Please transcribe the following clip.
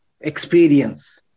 experience